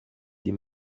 die